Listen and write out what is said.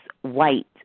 white